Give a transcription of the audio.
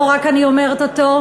לא רק אני אומרת זאת.